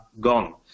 gone